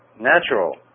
natural